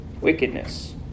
Wickedness